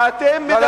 תלכו ללוב.